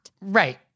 Right